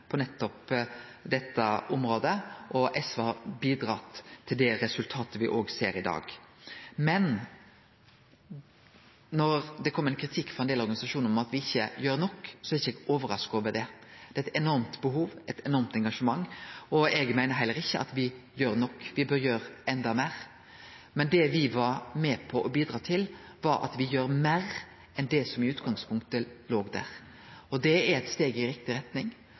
på dette området, og SV har bidratt til det resultatet me ser i dag. Når det kjem kritikk frå ein del organisasjonar om at me ikkje gjer nok, er eg ikkje overraska over det. Det er eit enormt behov, eit enormt engasjement. Heller ikkje eg meiner at me gjer nok, me bør gjere enda meir. Men det me var med på, var å gjere meir enn det som i utgangspunktet låg der. Det er eit steg i riktig retning,